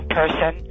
person